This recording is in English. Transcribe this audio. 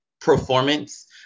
performance